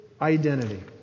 identity